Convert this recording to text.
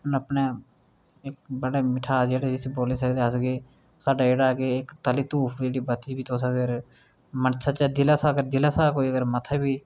हू'न अपना इक्क बड़ा मिट्ठा जेह्ड़ा जिसी बोल्ली सकदे अस की साढ़ा जेह्ड़ा कि इक्क खा'ल्ली धूफ बत्ती बी तुस अगर सच्चे दिलै थमां दिलै थमां बी अगर मत्था बी